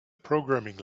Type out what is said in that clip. programming